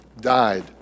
died